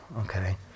okay